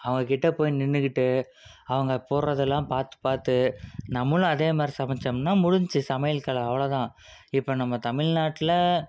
அவங்கக்கிட்ட போய் நின்றுக்கிட்டு அவங்க போடுறதெல்லாம் பார்த்து பார்த்து நம்மளும் அதேமாதிரி சமைத்தோம்னா முடிஞ்சுது சமையல் கலை அவ்வளோ தான் இப்போ நம்ம தமிழ்நாட்டில்